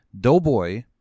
Doughboy